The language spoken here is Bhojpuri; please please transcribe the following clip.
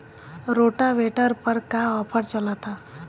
रोटावेटर पर का आफर चलता?